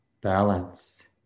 balance